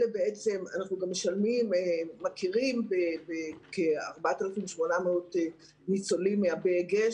אנחנו גם מכירים בכ-4,800 ניצולים מהבה-אה-גה,